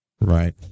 Right